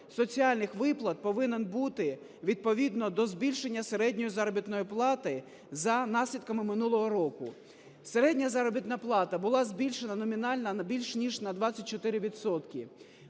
соціальних виплат повинен бути відповідно до збільшення середньої заробітної плати за наслідками минулого року. Середня заробітна плата була збільшена номінально на більше ніж 24